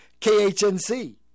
KHNC